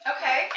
Okay